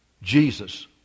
Jesus